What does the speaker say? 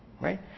Right